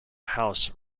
house